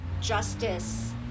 Justice